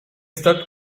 start